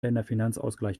länderfinanzausgleich